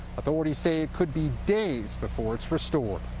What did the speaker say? authorities say it could be days before it's restored.